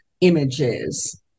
images